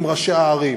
עם ראשי הערים,